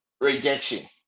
rejection